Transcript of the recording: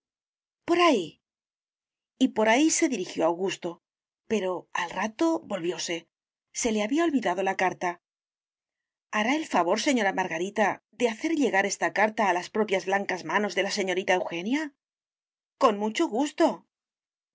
por ahí y por ahí se dirigió augusto pero al rato volvióse se le había olvidado la carta hará el favor señora margarita de hacer llegar esta carta a las propias blancas manos de la señorita eugenia con mucho gusto